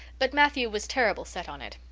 but matthew was terrible set on it.